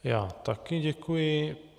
Já také děkuji.